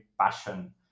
passion